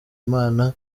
imana